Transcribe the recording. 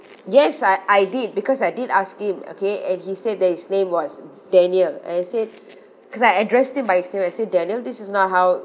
yes I I did because I did ask him okay and he said that his name was daniel and he said because I addressed him by his name and said daniel this is not how